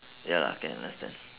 ya lah can last turn